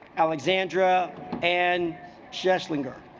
alexandra and jess linger